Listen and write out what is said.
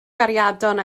gariadon